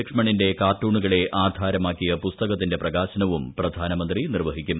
ലക്ഷ്മണിന്റെ കാർട്ടൂണുകളെ ആധാരമാക്കിയ പുസ്തകത്തിന്റെ പ്രകാശനവും പ്രധാനമന്ത്രി നിർവ്വഹിക്കും